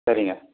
சரிங்க